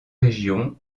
régions